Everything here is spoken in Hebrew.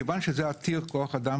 מכיוון שזה עניין עתיר כוח אדם,